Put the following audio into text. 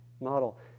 model